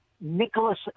Nicholas